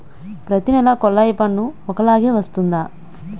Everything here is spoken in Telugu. ప్రతి నెల కొల్లాయి పన్ను ఒకలాగే వస్తుందా?